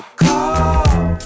call